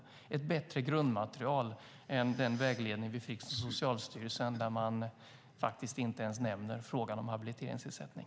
Det behövs ett bättre grundmaterial än den vägledning vi fick från Socialstyrelsen, där man inte ens nämner frågan om habiliteringsersättning.